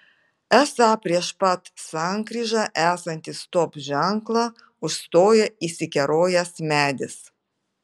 esą prieš pat sankryžą esantį stop ženklą užstoja įsikerojęs medis